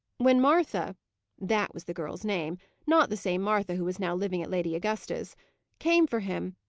when martha that was the girl's name not the same martha who was now living at lady augusta's came for him,